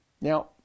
Now